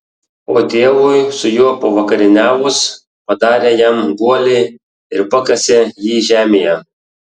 o tėvui su juo pavakarieniavus padarė jam guolį ir pakasė jį žemėje